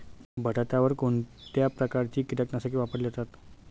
बटाट्यावर कोणत्या प्रकारची कीटकनाशके वापरली जातात?